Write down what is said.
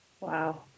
Wow